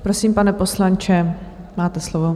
Prosím, pane poslanče, máte slovo.